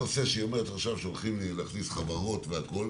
שהיא אמרה עכשיו שהולכים להכניס חברות והכול,